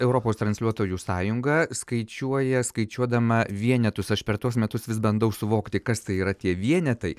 europos transliuotojų sąjunga skaičiuoja skaičiuodama vienetus aš per tuos metus vis bandau suvokti kas tai yra tie vienetai